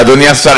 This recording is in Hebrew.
אדוני השר,